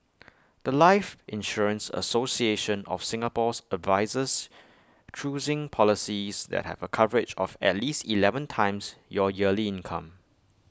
The Life insurance association of Singapore's advises choosing policies that have A coverage of at least Eleven times your yearly income